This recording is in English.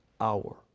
hour